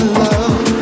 love